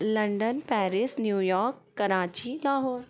London Paris New York Karachi Lahore